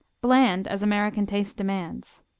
bland, as american taste demands.